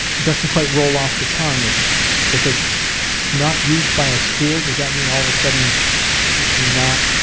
doesn't quite roll off the tongue if if it's not used by a school does that mean all the sudden it's not,